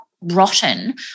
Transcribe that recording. rotten